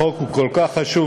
החוק הוא כל כך חשוב.